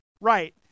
Right